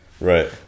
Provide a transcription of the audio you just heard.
Right